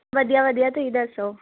ਵਧੀਆ ਵਧੀਆ ਤੁਸੀਂ ਦੱਸੋ